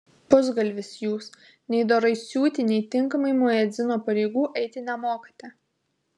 pusgalvis jūs nei dorai siūti nei tinkamai muedzino pareigų eiti nemokate